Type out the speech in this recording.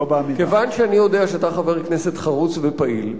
כיוון שאני יודע שאתה חבר כנסת חרוץ ופעיל,